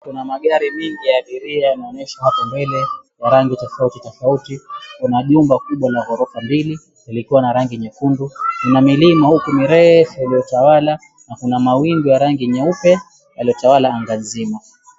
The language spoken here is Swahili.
Kuna magari mingi ya abiria yanaonyeshwa hapo mbele ye rangi tofauti tofauti. Kuna jumba kubwa la ghorofa mbili liko na rangi nyekundu. Kuna milima huku mirefu inayotawala na kuna mawingu ya rangi nyeupe yaliyotawala anga nzima.